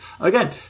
again